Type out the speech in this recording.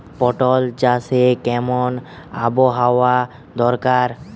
পটল চাষে কেমন আবহাওয়া দরকার?